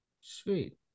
Sweet